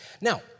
Now